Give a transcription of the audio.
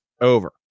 over